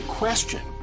question